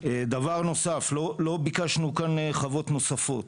דבר נוסף, לא ביקשנו כאן חוות נוספות,